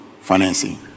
financing